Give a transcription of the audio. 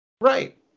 Right